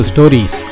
Stories